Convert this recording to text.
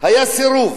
היה סירוב.